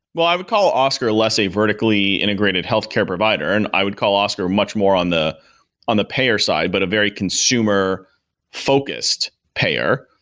well, i would call oscar less a vertically integrated healthcare provider, and i would call oscar much more on the on the payer side, but a very consumer-focused payer.